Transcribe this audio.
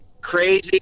crazy